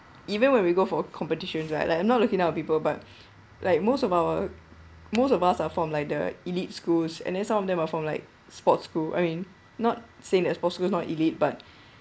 even when we go for competitions like like I'm not looking at other people but like most of our most of us are form like the elite schools and then some of them are from like sports school I mean not seen as possible not elite but